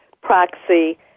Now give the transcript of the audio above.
proxy